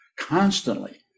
constantly